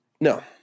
No